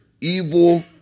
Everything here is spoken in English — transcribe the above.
evil